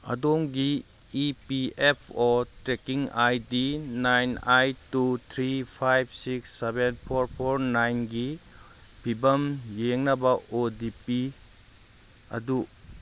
ꯑꯗꯣꯝꯒꯤ E P F O tracking I D nine eight two three five six seven four four ꯅꯥꯏꯟꯒꯤ ꯐꯤꯕꯝ ꯌꯦꯡꯅꯕ O T P ꯑꯗꯨ